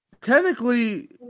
technically